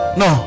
no